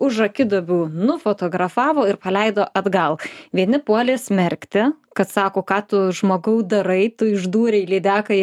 už akiduobių nufotografavo ir paleido atgal vieni puolė smerkti kad sako ką tu žmogau darai tu išdūrei lydekai